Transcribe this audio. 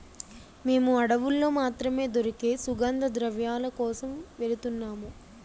మేము అడవుల్లో మాత్రమే దొరికే సుగంధద్రవ్యాల కోసం వెలుతున్నాము